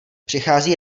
přichází